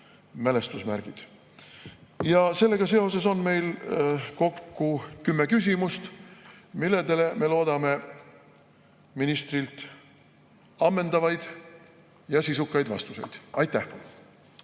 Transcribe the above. mälestusmärgid. Sellega seoses on meil kokku kümme küsimust, millele me loodame ministrilt saada ammendavaid ja sisukaid vastuseid. Aitäh!